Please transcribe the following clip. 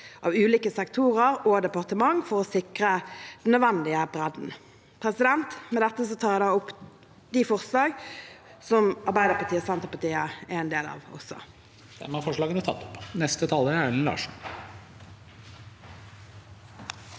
av ulike sektorer og departement for å sikre den nødvendige bredden. Med dette tar jeg opp forslaget til Arbeiderpartiet og Senterpartiet. Presidenten